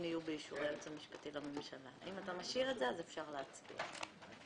מי בעד אישור סעיפים 83 עד סעיף 87 לחוק הפיקוח על